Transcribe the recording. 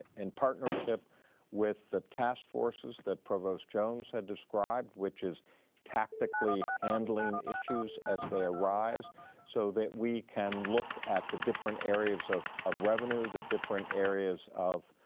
and partnership with the task forces that provost jones had described, which is tactically handling issues as they arise so that we can look at the different areas of of revenue, the different areas of